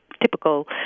typical